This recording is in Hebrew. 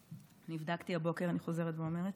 נבדקתי הבוקר, אני חוזרת ואומרת.